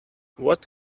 what